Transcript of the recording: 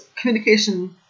Communication